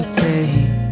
take